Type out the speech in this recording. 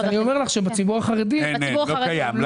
אני אומר לך שבציבור החרדי זה לא קיים.